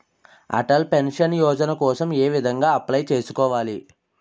Atal pension Yojana కోసం ఏ విధంగా అప్లయ్ చేసుకోవాలి?